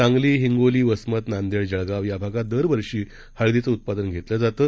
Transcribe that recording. सांगली हिंगोली वसमत नांदेड जळगाव या भागात दरवर्षी हळदीचं उत्पादन घेतलं जाते